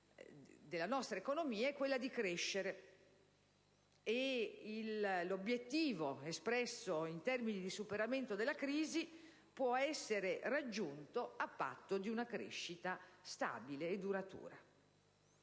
della nostra economia è quella di crescere e l'obiettivo espresso in termini di superamento della crisi può essere raggiunto a patto che vi sia una crescita stabile e duratura